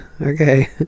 okay